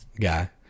guy